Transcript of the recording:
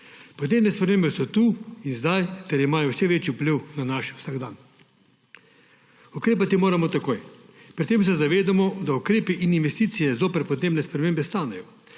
Podnebne spremembe so tukaj in zdaj ter imajo vse večji vpliv na naš vsakdan. Ukrepati moramo takoj. Pri tem se zavedamo, da ukrepi in investicije zoper podnebne spremembe stanejo,